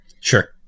Sure